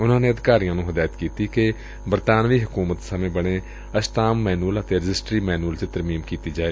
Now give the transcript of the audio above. ਉਨੂਾ ਨੇ ਅਧਿਕਾਰੀਆਂ ਨੂੰ ਹਦਾਇਤ ਕੀਤੀ ਕਿ ਬਰਤਾਨਵੀ ਹਕੂਮਤ ਸਮੇਂ ਬਣੇ ਅਸ਼ਟਾਮ ਮੈਨੂਅਲ ਅਤੇ ਰਜਿਸਟਰੀ ਮੈਨੂਅਲ ਚ ਤਰਮੀਮ ਕੀਤੀ ਜਾਏ